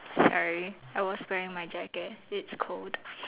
sorry I was wearing my jacket it's cold